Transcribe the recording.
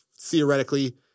theoretically